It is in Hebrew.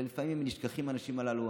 ולפעמים נשכחים האנשים הללו,